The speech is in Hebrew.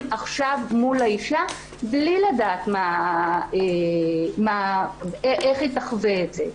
עכשיו מול האישה בלי לדעת איך היא תחווה את זה.